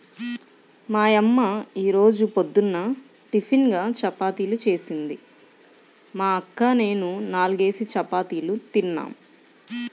మా యమ్మ యీ రోజు పొద్దున్న టిపిన్గా చపాతీలు జేసింది, మా అక్క నేనూ నాల్గేసి చపాతీలు తిన్నాం